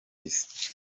isi